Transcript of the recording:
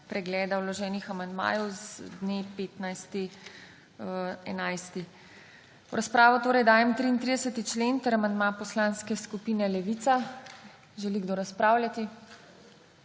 pregleda vloženih amandmajev z dne 15. 11. V razpravo dajem 33. člen ter amandma Poslanske skupine Levica. Želi kdo razpravljati?